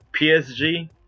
PSG